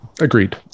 agreed